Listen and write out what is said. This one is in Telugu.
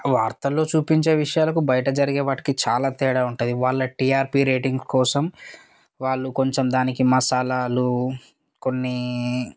వార్తల్లో చూపించే విషయాలకు బయట జరిగే వాటికి చాలా తేడా ఉంటుంది వాళ్ళ టీఆర్పీ రేటింగ్ కోసం వాళ్ళు కొంచెం దానికి మసాలాలు కొన్ని